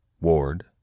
Ward